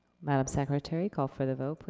madame secretary, call for the vote, please.